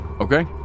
Okay